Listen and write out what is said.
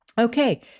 Okay